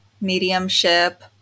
mediumship